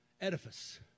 edifice